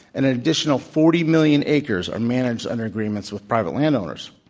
and an additional forty million acres are managed under agreements with private landowners.